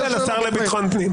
שאילתה לשר לביטחון פנים.